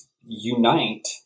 unite